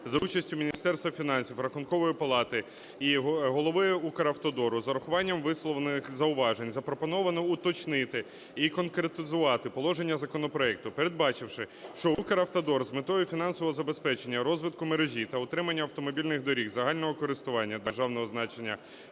за участі Міністерства фінансів, Рахункової палати і голови Укравтодору, з урахуванням висловлених зауважень запропоновано уточнити і конкретизувати положення законопроекту, передбачивши, що Укравтодор, з метою фінансового забезпечення розвитку мережі та утримання автомобільних доріг загального користування державного значення,